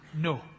no